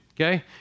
okay